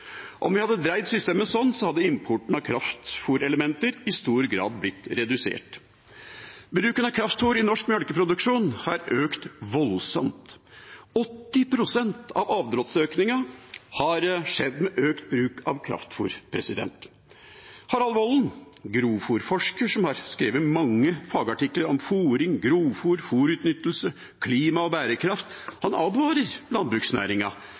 Om vi hadde dreid systemet slik, hadde importen av kraftfôrelementer i stor grad blitt redusert. Bruken av kraftfôr i norsk mjølkeproduksjon har økt voldsomt: 80 pst. av avdråttsøkningen har skjedd med økt bruk av kraftfôr. Harald Volden, en grovfôrforsker som har skrevet mange fagartikler om fôring, grovfôr, fôrutnyttelse, klima og bærekraft,